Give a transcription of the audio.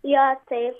jo taip